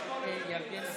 בסוריה יש שוויון.